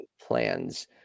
plans